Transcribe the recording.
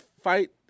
fight